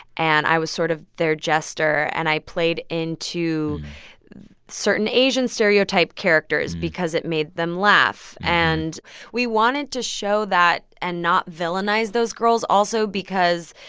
and i was sort of their jester. and i played into certain asian stereotype characters because it made them laugh. and we wanted to show that and not villainize those girls also because.